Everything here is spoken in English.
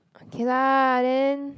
okay lah then